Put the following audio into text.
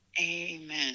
amen